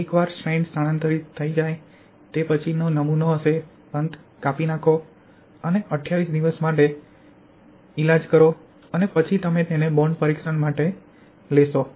એકવાર સ્ટ્રેન સ્થાનાંતરિત થઈ જાય તે પછીનો નમૂનો હશે અંતે કાપી નાખો અને 28 દિવસ માટે ઇલાજ માટે મંજૂરી મળે અને પછી તમે બોન્ડ પરીક્ષણ માટે નમૂના લેશો